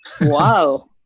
Wow